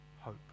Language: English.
hope